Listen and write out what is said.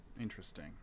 Interesting